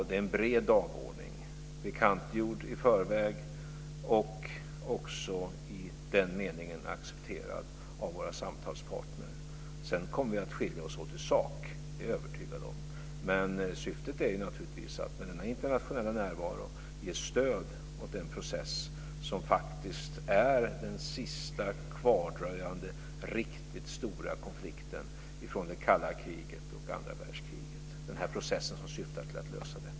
Det är en bred dagordning, bekantgjord i förväg och också i den meningen accepterad av våra samtalspartner. Sedan kommer vi att skilja oss åt i sak, det är jag övertygad om. Men avsikten är naturligtvis att med denna internationella närvaro ge stöd åt den process som syftar till att lösa den sista kvardröjande riktigt stora konflikten från det kalla kriget och andra världskriget.